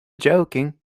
joking